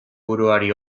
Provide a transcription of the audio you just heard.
buruari